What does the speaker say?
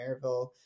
Maryville